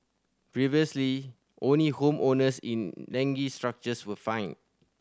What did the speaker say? previously only home owners in dengue structures were fined